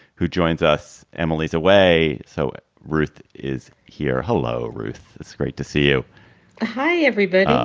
who joins us. emily's away. so ruth is here. hello, ruth. it's great to see you hi, everybody. um